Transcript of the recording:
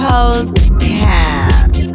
Podcast